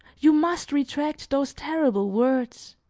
you must retract those terrible words